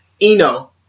Eno